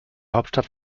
hauptstadt